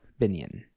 Binion